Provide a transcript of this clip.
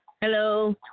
Hello